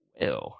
Ew